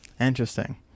Interesting